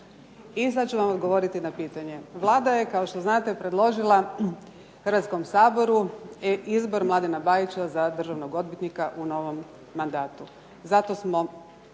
I sada ću vam odgovoriti na pitanje. Vlada je kao što znate predložila Hrvatskom saboru izbor Mladena Bajića za državnog odvjetnika u novom mandatu, zato smo